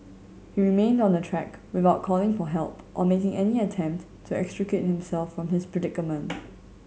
he remained on the track without calling for help or making any attempt to extricate himself from his predicament